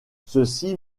ceci